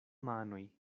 manoj